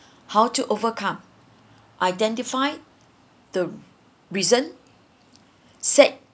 how to overcome identify the reason set